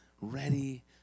ready